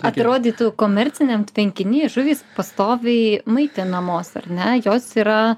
atrodytų komerciniam tvenkiny žuvys pastoviai maitinamos ar ne jos yra